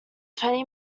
twenty